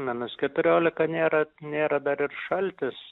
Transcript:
minus keturiolika nėra nėra dar ir šaltis